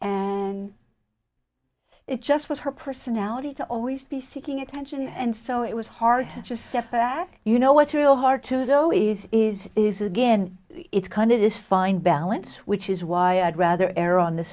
and it just was her personality to always be seeking attention and so it was hard to just step back you know what's really hard to know is is is again it's kind of this fine balance which is why i'd rather err on the